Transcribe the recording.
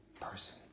person